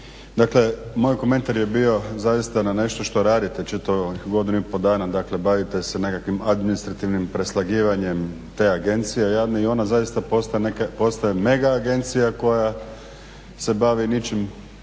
dakle moj komentar je bio zaista na nešto što radite čitavih godinu i pol dana, dakle bavite se nekakvim administrativnim preslagivanjem te agencije i ona zaista postaje mega agencija koja se bavi ničim